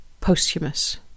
Posthumous